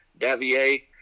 Davier